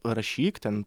rašyk ten